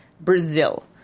Brazil